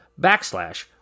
backslash